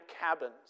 cabins